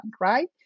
right